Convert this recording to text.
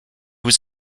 was